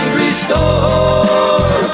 restore